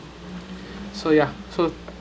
so ya so